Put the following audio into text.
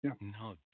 No